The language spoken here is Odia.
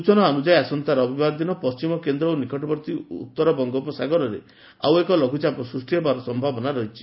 ସ୍ଚନା ଅନୁଯାୟୀ ଆସନ୍ତା ରବିବାର ଦିନ ପଣ୍କିମ କେନ୍ଦ୍ର ଏବଂ ନିକଟବର୍ତ୍ତୀ ଉତ୍ତର ବଙ୍ଗୋପସାଗରରେ ଆଉ ଏକ ଲଘୁଚାପ ସୂଷ୍କ ହେବାର ସୟାବନା ରହିଛି